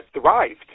thrived